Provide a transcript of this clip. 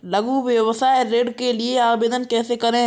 लघु व्यवसाय ऋण के लिए आवेदन कैसे करें?